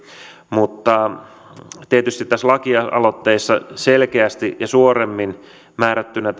mutta tietysti tässä lakialoitteessa tämä asia selkeästi ja suoremmin määrättynä